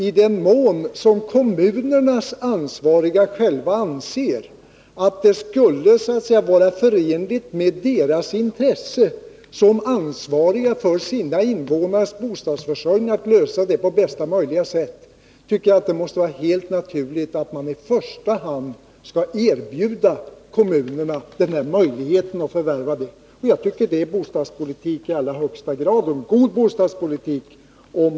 I den mån som kommunernas ansvariga själva anser att det skulle vara förenligt med deras intresse som ansvariga för sina invånares bostadsförsörjning, tycker jag det borde vara helt naturligt att man i första hand skall erbjuda kommunerna möjligheten att förvärva. Det tycker jag i hög grad är bra bostadspolitik.